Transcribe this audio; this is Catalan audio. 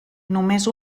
només